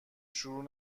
شروع